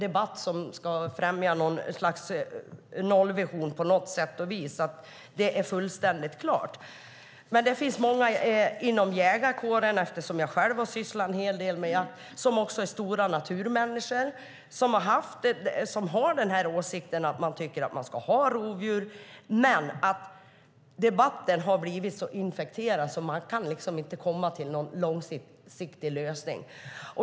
Eftersom jag har sysslat en hel del med jakt vet jag att det finns många inom jägarkåren som också är stora naturmänniskor och som har åsikten att vi ska ha rovdjur men att debatten har blivit så infekterad att man inte kan komma till någon långsiktig lösning.